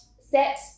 set